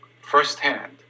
firsthand